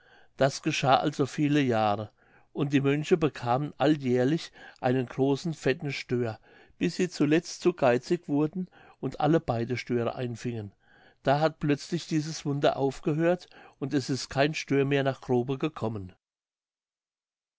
das geschah also viele jahre und die mönche bekamen alljährlich einen großen fetten stör bis sie zuletzt zu geizig wurden und alle beide störe einfingen da hat plötzlich dieses wunder aufgehört und es ist kein stör mehr nach grobe gekommen